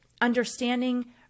understanding